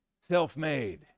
Self-made